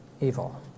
evil